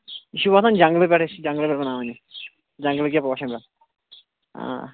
یہِ چھُ واتان جنٛگلہٕ پٮ۪ٹھَے أسۍ چھِ جنٛگلہٕ پٮ۪ٹھ بَناوان یہِ جنٛگلہٕ کٮ۪ن پوشَن پٮ۪ٹھ آ